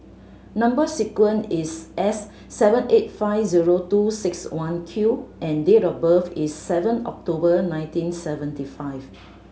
number sequence is S seven eight five zero two six one Q and date of birth is seven October nineteen seventy five